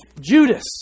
Judas